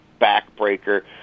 backbreaker